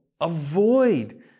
Avoid